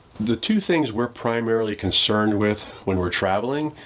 the two things we're primarily concerned with when we're traveling,